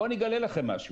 בוא אני אגלה לכם משהו: